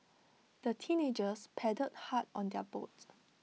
the teenagers paddled hard on their boats